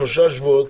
שלושה שבועות,